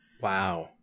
Wow